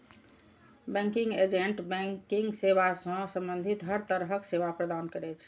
banking agent banking सेवा सं संबंधित हर तरहक सेवा प्रदान करै छै